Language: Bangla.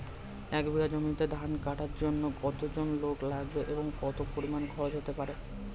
এক বিঘা জমিতে ধান কাটার জন্য কতজন লোক লাগবে এবং কত পরিমান খরচ হতে পারে?